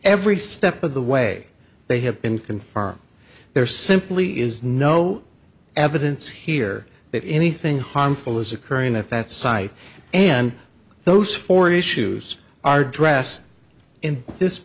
every step of the way they have been confirmed there simply is no evidence here that anything harmful is occurring at that site and those four issues are dress in this